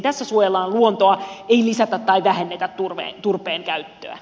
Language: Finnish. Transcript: tässä suojellaan luontoa ei lisätä tai vähennetä turpeen käyttöä